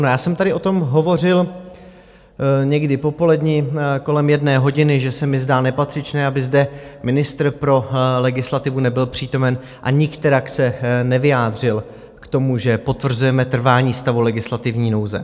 Já jsem tady o tom hovořil někdy po poledni, kolem jedné hodiny, že se mi zdá nepatřičné, aby zde ministr pro legislativu nebyl přítomen a nikterak se nevyjádřil k tomu, že potvrzujeme trvání stavu legislativní nouze.